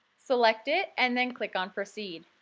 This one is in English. select it, and then click on proceed.